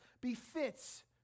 befits